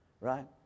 right